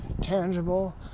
tangible